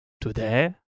Today